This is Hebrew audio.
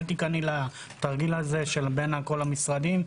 אל תיכנעי לתרגיל הזה בין כל המשרדים.